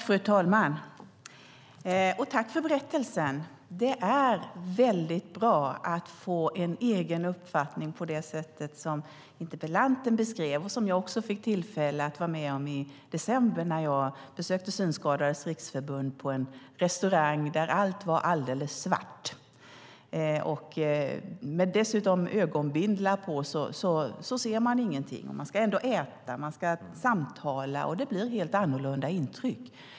Fru talman! Jag tackar för berättelsen. Det är väldigt bra att få en egen uppfattning på det sätt som interpellanten beskrev och som jag också fick tillfälle till i december när jag besökte Synskadades Riksförbund på en restaurang där allt var alldeles svart. Dessutom med ögonbindlar på ser man ingenting. Man ska ändå äta och man ska samtala, och det blir ett helt annorlunda intryck.